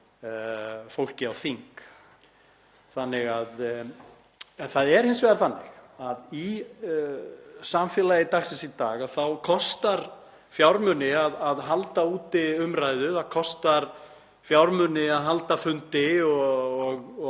þing. Það er hins vegar þannig í samfélagi dagsins í dag að það kostar fjármuni að halda úti umræðu, það kostar fjármuni að halda fundi og halda